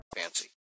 Fancy